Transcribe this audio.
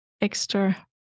extra